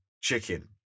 chicken